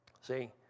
See